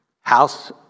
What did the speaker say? House